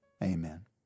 Amen